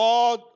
God